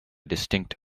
distinct